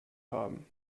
haben